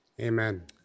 Amen